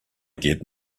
get